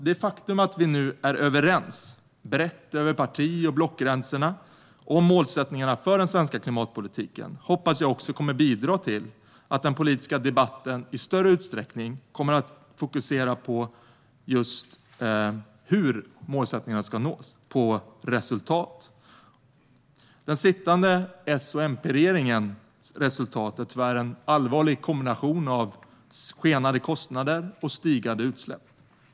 Det faktum att vi nu är överens brett över parti och blockgränserna om målsättningarna för den svenska klimatpolitiken hoppas jag också kommer att bidra till att den politiska debatten i större utsträckning kommer att fokusera på just hur målsättningarna ska nås och på resultat. Den sittande S och MP-regeringens resultat är tyvärr en allvarlig kombination av skenande kostnader och ökande utsläpp.